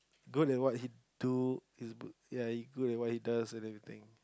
know that what he do and he's good and what he does and everything